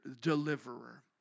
deliverer